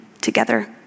together